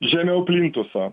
žemiau plintuso